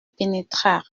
pénétrèrent